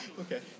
Okay